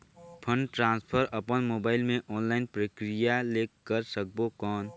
Fund transfer अपन mobile मे online प्रक्रिया ले कर सकबो कौन?